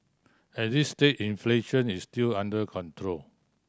at this stage inflation is still under control